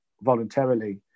voluntarily